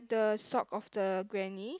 the sock of the granny